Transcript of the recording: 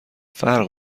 فرق